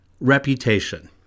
reputation